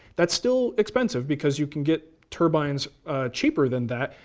that's still expensive because you can get turbines cheaper than that,